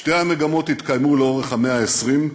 שתי המגמות התקיימו לאורך המאה ה-20,